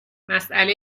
مساله